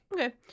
Okay